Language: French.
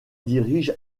dirige